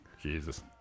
Jesus